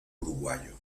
uruguayo